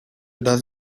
does